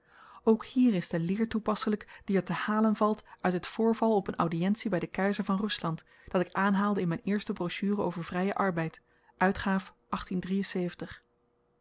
ook hier is de leer toepasselyk die er te halen valt uit het voorval op n audientie by den keizer van rusland dat ik aanhaalde in m'n eerste brochure over vryen arbeid uitgaaf